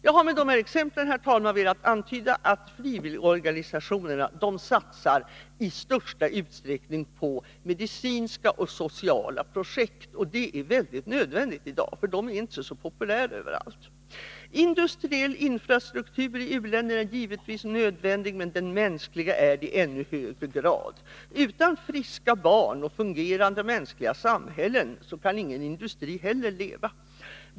Jag har med dessa exempel, herr talman, velat antyda att frivilligorganisationerna satsar i största utsträckning på medicinska och sociala projekt, och det är mycket nödvändigt i dag, för de är inte så populära överallt. Industriell infrastruktur i u-länderna är givetvis nödvändig, men den mänskliga är det i ännu högre grad. Utan friska barn och fungerande mänskliga samhällen kan heller ingen industri leva.